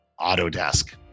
autodesk